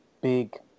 big